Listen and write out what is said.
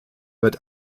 wird